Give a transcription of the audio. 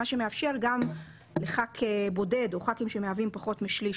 מה שמאפשר גם לחבר כנסת בודד או לחברי כנסת שמהווים פחות משליש,